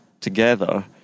together